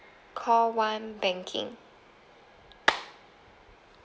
call one banking